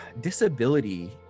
disability